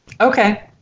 Okay